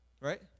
Right